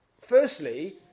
Firstly